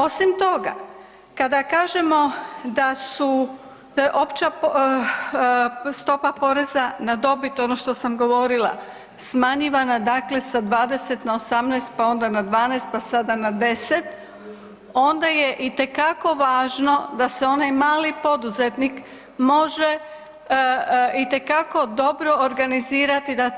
Osim toga, kada kažemo da je opća stopa poreza na dobit ono što sam govorila smanjivana dakle sa 20 na 18, pa onda na 12, pa sada na 10 onda je itekako važno da se onaj mali poduzetnik može itekako dobro organizirati da